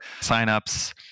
signups